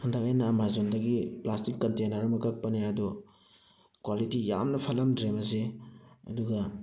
ꯍꯟꯗꯛ ꯑꯩꯅ ꯑꯥꯃꯥꯖꯣꯟꯗꯒꯤ ꯄ꯭ꯂꯥꯁꯇꯤꯛ ꯀꯟꯇꯦꯅꯔ ꯑꯃ ꯀꯛꯄꯅꯦ ꯑꯗꯣ ꯀ꯭ꯋꯥꯂꯤꯇꯤ ꯌꯥꯝꯅ ꯐꯠꯂꯝꯗ꯭ꯔꯦ ꯃꯁꯤ ꯑꯗꯨꯒ